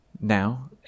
Now